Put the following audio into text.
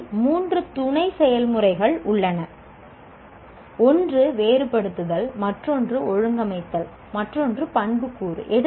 இதில் மூன்று துணை செயல்முறைகள் உள்ளன ஒன்று 'வேறுபடுத்துதல்' மற்றொன்று 'ஒழுங்கமைத்தல்' மற்றொன்று 'பண்புக்கூறு'